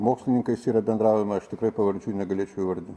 mokslininkais yra bendraujama aš tikrai pavardžių negalėčiau įvardint